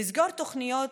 לסגור תוכניות,